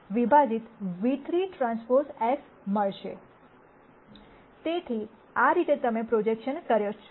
તેથી તમે આ રીતે પ્રોજેક્શન કરો છો